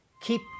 keep